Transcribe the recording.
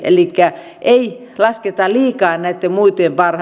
elikkä ei lasketa liikaa näitten muitten varaan